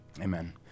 Amen